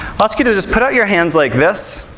i'll ask you to just put out your hands like this.